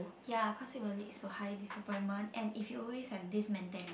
ya cause it will leads to high disappointment and if you always have this mentali~